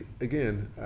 again